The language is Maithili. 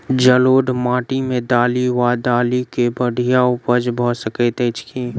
जलोढ़ माटि मे दालि वा दालि केँ बढ़िया उपज भऽ सकैत अछि की?